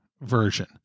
version